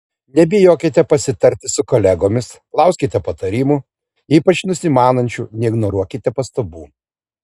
nebijokite pasitarti su kolegomis klauskite patarimų ypač nusimanančių neignoruokite pastabų